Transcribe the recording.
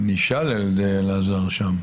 שנשאלה על-ידי אלעזר שם.